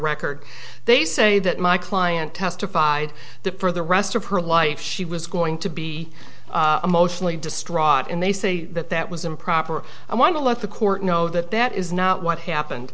record they say that my client testified that for the rest of her life she was going to be emotionally distraught and they say that that was improper and want to let the court know that that is not what happened